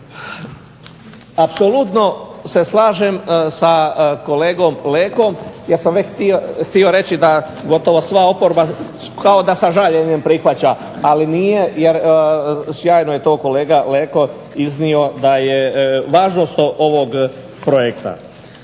Apsolutno se slažem sa kolegom Lekom jer sam već htio reći da gotovo sva oporba kao da sa žaljenjem prihvaća, ali nije jer sjajno je to kolega Leko iznio da je važnost ovog projekta.